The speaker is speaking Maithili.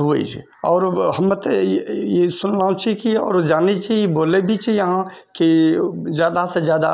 हुवै छै आओर हमते ई ई सुनलहुँ छी कि आओर जानै छी बोलै भी छी अहाँ कि जादासँ जादा